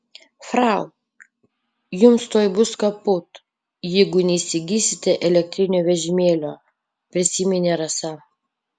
frau jums tuoj bus kaput jeigu neįsigysite elektrinio vežimėlio prisiminė rasa